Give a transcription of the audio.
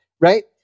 Right